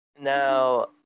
Now